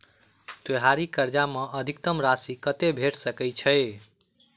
त्योहारी कर्जा मे अधिकतम राशि कत्ते भेट सकय छई?